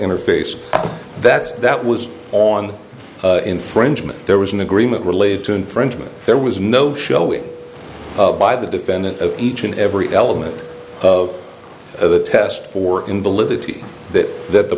interface that's that was on infringement there was an agreement related to infringement there was no showing by the defendant of each and every element of the test for invalidity that that the